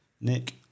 Nick